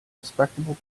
respectable